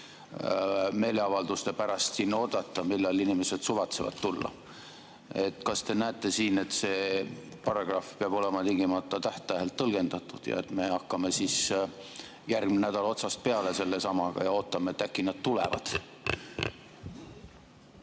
meeleavalduste pärast siin oodata, millal inimesed suvatsevad pulti tulla. Kas te näete siin, et see paragrahv peab olema tingimata täht-tähelt tõlgendatud ja et me hakkame järgmisel nädalal otsast peale sellesamaga ja ootame, et äkki nad tulevad